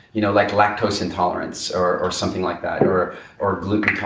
you know like lactose intolerance or something like that or or gluten